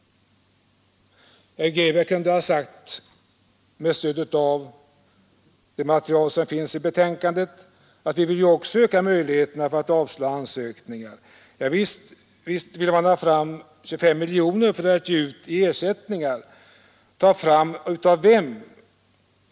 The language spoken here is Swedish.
Herr Grebäck kunde ha sagt, med stöd av det material som finns i betänkandet, att man också vill öka möjligheterna att avslå ansökningar. Visst vill man ta fram 25 miljoner för att ge ut i ersättningar. Ta fram av vem?